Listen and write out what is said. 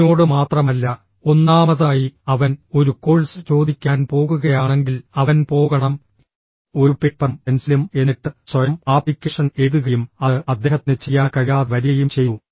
അവനോട് മാത്രമല്ല ഒന്നാമതായി അവൻ ഒരു കോഴ്സ് ചോദിക്കാൻ പോകുകയാണെങ്കിൽ അവൻ പോകണം ഒരു പേപ്പറും പെൻസിലും എന്നിട്ട് സ്വയം ആപ്ലിക്കേഷൻ എഴുതുകയും അത് അദ്ദേഹത്തിന് ചെയ്യാൻ കഴിയാതെ വരികയും ചെയ്തു